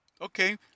Okay